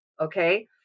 okay